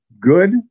good